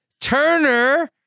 Turner